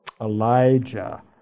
Elijah